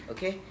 Okay